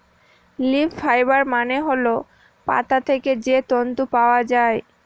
leaf fibre মানে হল পাতা থেকে যে তন্তু পাওয়া যায়